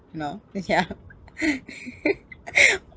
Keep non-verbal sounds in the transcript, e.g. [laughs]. no ya [laughs]